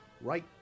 right